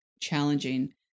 challenging